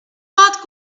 not